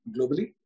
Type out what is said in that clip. globally